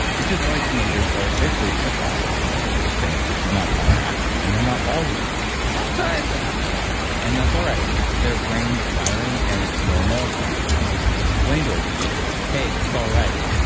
which is why teenagers are basically such assholes. okay, just kidding. they did not find that and they're not always that, but sometimes it happens and that's all right. it's their brains wiring and it's normal and if we can just explain to our teenagers, hey, it's all right,